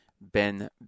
Ben